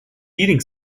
heating